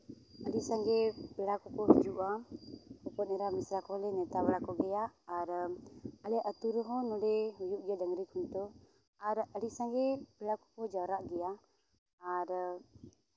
ᱟᱹᱰᱤ ᱥᱟᱸᱜᱮ ᱯᱮᱲᱟ ᱠᱚ ᱠᱚ ᱦᱤᱡᱩᱜᱼᱟ ᱦᱚᱯᱚᱱ ᱮᱨᱟ ᱢᱤᱥᱨᱟ ᱠᱚ ᱦᱚᱸ ᱞᱮ ᱱᱮᱣᱛᱟ ᱵᱟᱲᱟ ᱠᱚᱜᱮᱭᱟ ᱟᱨ ᱟᱞᱮ ᱟᱛᱳ ᱨᱮ ᱦᱚᱸ ᱱᱚᱰᱮ ᱦᱩᱭᱩᱜ ᱜᱮᱭᱟ ᱰᱟᱹᱝᱨᱤ ᱠᱷᱩᱱᱴᱟᱹᱣ ᱟᱨ ᱟᱹᱰᱤ ᱥᱟᱸᱜᱮ ᱯᱮᱲᱟ ᱠᱚ ᱡᱟᱣᱨᱟᱜ ᱜᱮᱭᱟ ᱟᱨ